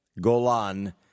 Golan